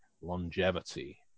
longevity